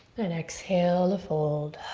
then exhale to fold.